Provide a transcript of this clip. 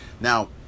Now